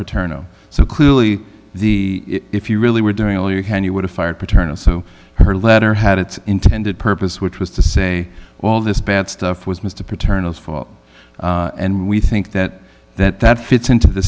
paternal so clearly the if you really were doing all you can you would have fired paternal so her letter had its intended purpose which was to say all this bad stuff was mr paternal and we think that that that fits into the